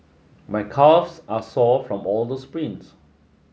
my calves are sore from all the sprints